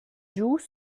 joues